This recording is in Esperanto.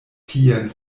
tien